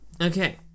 Okay